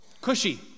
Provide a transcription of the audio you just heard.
Cushy